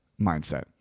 mindset